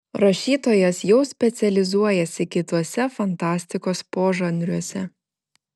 rašytojas jau specializuojasi kituose fantastikos požanriuose